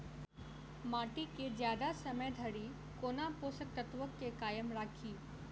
माटि केँ जियादा समय धरि कोना पोसक तत्वक केँ कायम राखि?